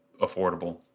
affordable